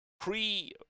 pre